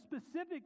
specific